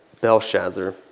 Belshazzar